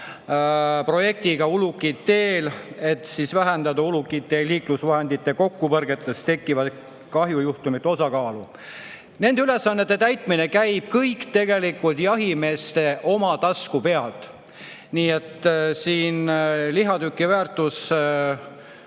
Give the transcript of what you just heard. projekti "Ulukid teel", et vähendada ulukite ja liiklusvahendite kokkupõrgetes tekkivate kahjujuhtumite osakaalu. Nende ülesannete täitmine käib kõik tegelikult jahimeeste oma tasku pealt. Nii et siin lihatüki väärtus